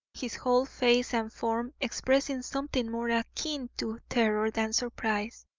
his whole face and form expressing something more akin to terror than surprise.